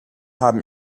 haben